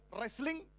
wrestling